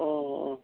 अ अ